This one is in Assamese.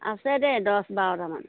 আছে দে দছ বাৰটামান